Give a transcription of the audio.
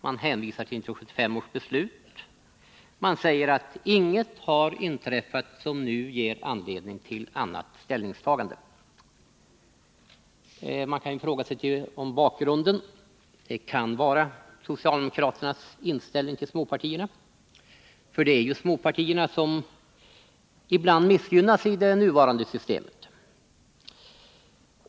Man hänvisar till 1975 års beslut och säger: ”Inget har inträffat som nu ger anledning till annat ställningstagande.” Det ligger nära till hands att fråga sig om bakgrunden kan vara socialdemokraternas inställning till småpartierna. Det är ju småpartierna som ibland missgynnas i det nuvarande systemet.